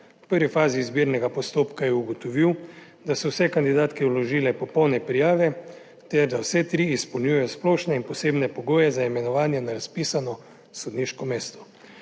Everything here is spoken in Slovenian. V prvi fazi izbirnega postopka je ugotovil, da so vse kandidatke vložile popolne prijave ter da vse tri izpolnjujejo splošne in posebne pogoje za imenovanje na razpisano sodniško mesto.